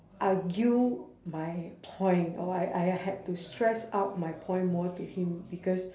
argue my point or I I had to stress out my point more to him because